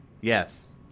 Yes